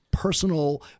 personal